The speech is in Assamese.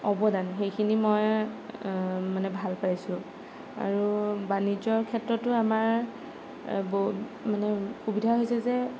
অৱদান সেইখিনি মই মানে ভাল পাইছোঁ আৰু বাণিজ্যৰ ক্ষেত্ৰটো আমাৰ বহু মানে সুবিধা হৈছে যে